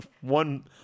one